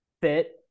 fit